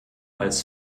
als